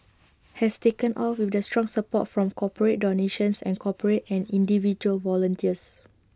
has taken off with the strong support from corporate donations and corporate and individual volunteers